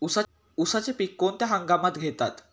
उसाचे पीक कोणत्या हंगामात घेतात?